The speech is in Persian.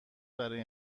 برای